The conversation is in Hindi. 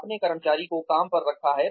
आपने कर्मचारी को काम पर रखा है